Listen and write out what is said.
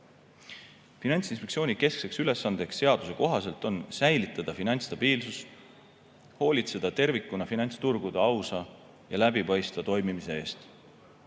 Finantsinspektsiooni keskne ülesanne seaduse kohaselt on säilitada finantsstabiilsus, hoolitseda finantsturgude ausa ja läbipaistva toimimise eest.